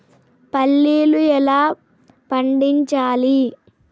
పల్లీలు ఎలా పండించాలి?